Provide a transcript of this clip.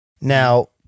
Now